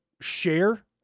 share